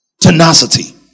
Tenacity